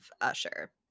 Usher